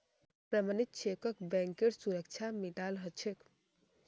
प्रमणित चेकक बैंकेर सुरक्षा मिलाल ह छे